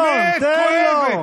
האמת כואבת.